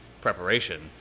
preparation